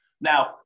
Now